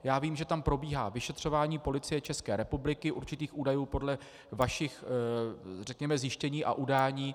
Já vím, že tam probíhá vyšetřování Policie České republiky, určitých údajů podle vašich, řekněme, zjištění a udání.